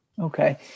Okay